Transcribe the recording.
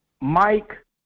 Mike